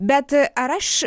bet ar aš